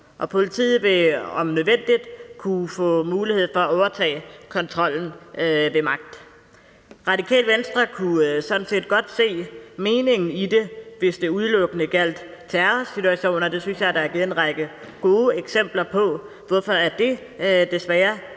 Politiet vil om nødvendigt kunne få mulighed for at overtage kontrollen ved magt. Radikale Venstre kunne sådan set godt se meningen i det, hvis det udelukkende gjaldt terrorsituationer. Jeg synes, der er givet en række gode eksempler på, hvorfor det desværre